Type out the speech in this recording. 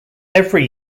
every